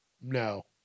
no